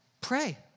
pray